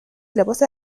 لباس